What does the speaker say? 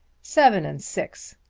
seven and six!